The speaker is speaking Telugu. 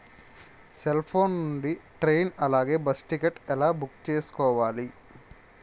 సెల్ ఫోన్ నుండి ట్రైన్ అలాగే బస్సు టికెట్ ఎలా బుక్ చేసుకోవాలి?